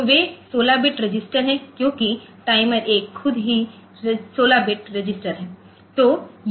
तो वे 16 bit register हैं क्योंकि टाइमर 1 खुद 16 बिट है